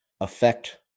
affect